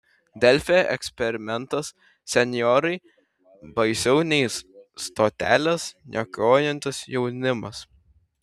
delfi eksperimentas senjorai baisiau nei stoteles niokojantis jaunimas